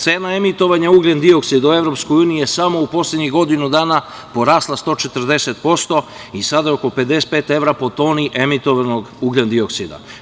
Cena emitovanja ugljendioksida u EU je samo u poslednjih godinu dana porasla 140% i sada oko 55 evra po toni emitovanog ugljendioksida.